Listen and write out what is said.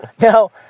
Now